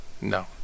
No